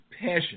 passion